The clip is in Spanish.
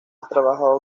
trabajado